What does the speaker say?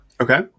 Okay